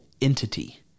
entity